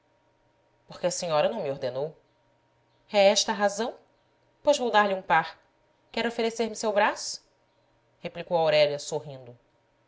porque a senhora não me ordenou é esta a razão pois vou dar-lhe um par quer oferecer me seu braço replicou aurélia sorrindo